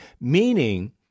meaning